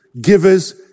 givers